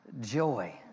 Joy